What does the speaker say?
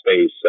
space